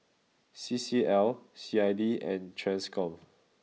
C C L C I D and Transcom